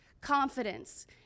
confidence